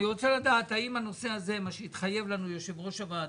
אני רוצה לדעת האם הנושא הזה עליו התחייב לנו יושב ראש הוועדה,